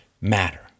matter